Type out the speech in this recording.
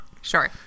Sure